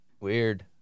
Weird